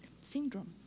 syndrome